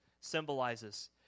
symbolizes